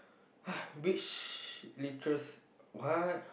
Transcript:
which litera~ what